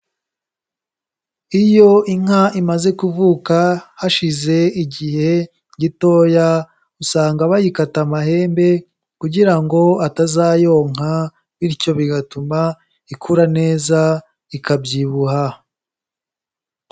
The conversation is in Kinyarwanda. Iyo inka imaze kuvuka hashize igihe gitoya, usanga bayikata amahembe kugira ngo atazayonka, bityo bigatuma ikura neza ikabyibuha.